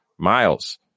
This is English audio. Miles